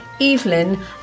Evelyn